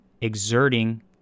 exerting